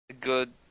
good